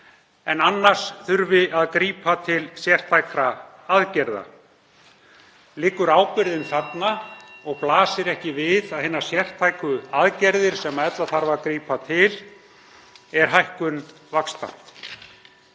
annars þurfi að grípa til sértækra aðgerða? Liggur ábyrgðin þarna? Blasir ekki við að hinar sértæku aðgerðir, sem ella þarf að grípa til, eru hækkun vaxta?